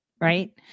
right